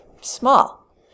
small